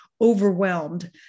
overwhelmed